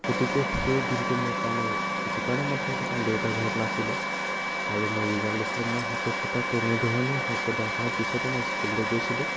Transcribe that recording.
গতিকে সেই দিনটো মোৰ কাৰণে এইটো কাৰণে মনত থাকিলে কাৰণ দেউতা ঘৰত নাছিল আৰু মোৰ ৰিজাল্ট দিছিল মই সাপে খোটা তেনেধৰণে সৰ্পদংশনৰ পিছতো মই স্কুললৈ গৈছিলোঁ